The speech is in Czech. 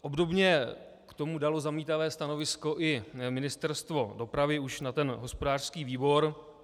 Obdobně k tomu dalo zamítavé stanovisko i Ministerstvo dopravy, už na ten hospodářský výbor.